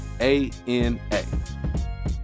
A-N-A